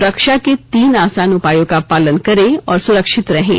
सुरक्षा के तीन आसान उपायों का पालन करें और सुरक्षित रहें